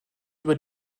über